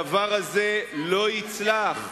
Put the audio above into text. הדבר הזה לא יצלח.